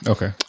Okay